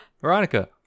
veronica